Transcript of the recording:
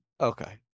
Okay